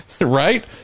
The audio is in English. right